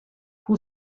who